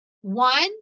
one